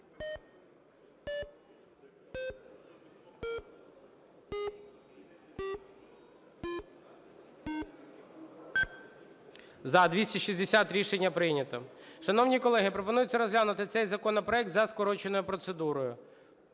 За-260 Рішення прийнято. Шановні колеги, пропонується розглянути цей законопроект за скороченою процедурою.